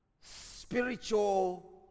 spiritual